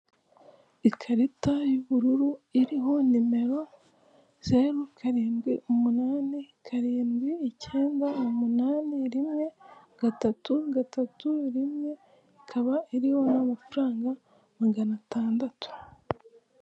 Ikarita y'ubururu iriho nimero zeru karindwi umunani karindwi icyenda umunani rimwe gatatu gatatu rimwe ikaba iriho n'amafaranga magana atandatu.